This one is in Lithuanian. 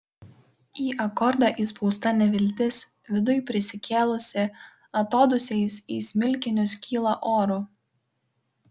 į akordą įspausta neviltis viduj prisikėlusi atodūsiais į smilkinius kyla oru